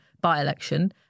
by-election